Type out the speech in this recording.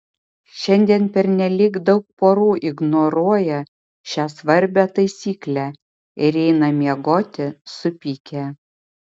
šiandien pernelyg daug porų ignoruoja šią svarbią taisyklę ir eina miegoti supykę